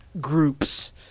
groups